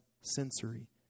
sensory